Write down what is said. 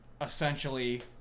essentially